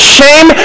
shame